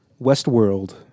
Westworld